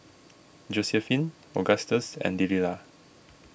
Josiephine Agustus and Delila